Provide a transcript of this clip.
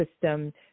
system